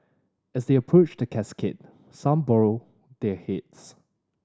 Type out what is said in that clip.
as they approached the casket some borrow their heads